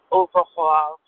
overhaul